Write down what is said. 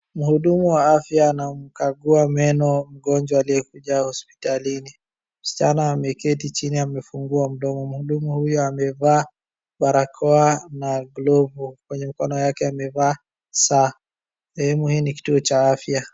Mhudumu wa afya anakamgua meno mgonjwa aliyekuja hospitalini. Msichana ameketi chini amefungua mdomo. Mhudumu huyu amevaa barakoa na glovu. Kwenye mikono yake amevaa saa. Sehemu hiii ni kituo cha afya.